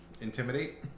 intimidate